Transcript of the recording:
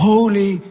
Holy